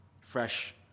fresh